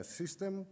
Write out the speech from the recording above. system